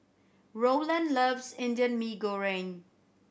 Rowland loves Indian Mee Goreng